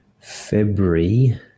February